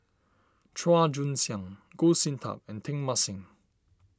Chua Joon Siang Goh Sin Tub and Teng Mah Seng